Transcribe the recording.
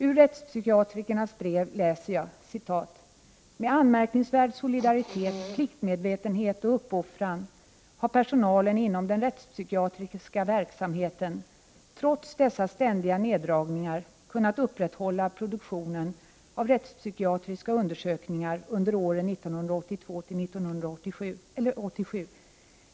Ur rättspsykiatrikernas brev läser jag: ”Med anmärkningsvärd solidaritet, pliktmedvetenhet och uppoffran har personalen inom den rättspsykiatriska verksamheten trots dessa ständiga neddragningar kunnat upprätthålla produktionen av rättspsykiatriska undersökningar under åren 1982—1987.